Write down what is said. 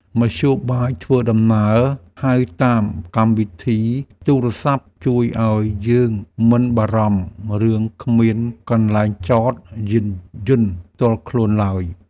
មធ្យោបាយធ្វើដំណើរហៅតាមកម្មវិធីទូរស័ព្ទជួយឱ្យយើងមិនបារម្ភរឿងគ្មានកន្លែងចតយានយន្តផ្ទាល់ខ្លួនឡើយ។